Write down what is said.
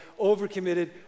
overcommitted